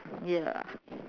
ya